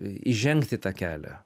įžengt į tą kelią